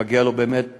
שמגיע לו באמת